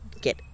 get